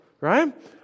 right